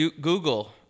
Google